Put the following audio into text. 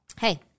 hey